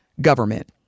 government